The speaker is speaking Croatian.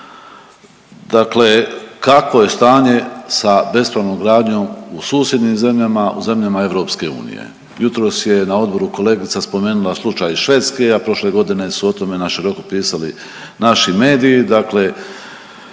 dakle, kakvo je stanje sa bespravnom gradnjom u susjednim zemljama, u zemljama EU. Jutros je na odboru kolegica spomenula slučaj Švedske, a prošle godine su o tome na široko pisali naši mediji.